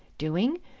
doing?